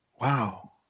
Wow